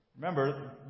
Remember